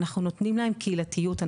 אנחנו נותנים להם קהילתיות,